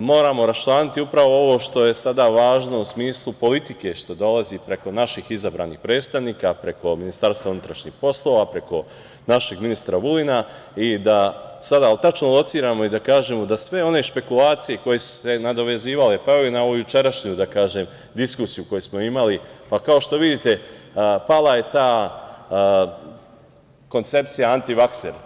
moramo raščlaniti upravo ovo što je sada važno u smislu politike što dolazi preko naših izabranih predstavnika, preko MUP-a, preko našeg ministra Vulina i da sada tačno lociramo i kažemo da sve one špekulacije koje su se nadovezivale, kao i na ovu jučerašnju diskusiju koju smo imali, pa kao što vidite pala je ta koncepcija antivakser.